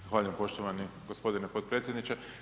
Zahvaljujem poštovani gospodine potpredsjedniče.